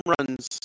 runs